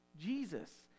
Jesus